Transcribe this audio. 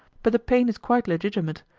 but the pain is quite legitimate,